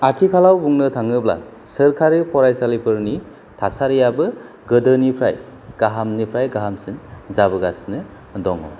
आथिखालाव बुंनो थाङोब्ला सोरखारि फरायसालिफोरनि थासारियाबो गोदोनिफ्राय गाहामनिफ्राय गाहामसिन जाबोगासिनो दङ